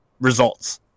results